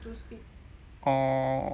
orh